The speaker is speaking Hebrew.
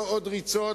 לא עוד ריצות,